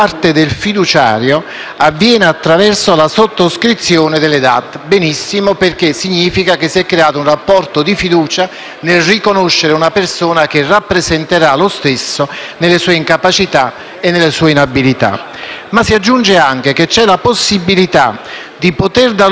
Benissimo, perché significa che si è creato un rapporto di fiducia nel riconoscere una persona che rappresenterà lo stesso nelle sue incapacità e inabilità. Ma si aggiunge anche che c'è la possibilità di dare luogo all'accettazione con atto successivo allegato alle DAT.